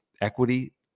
equity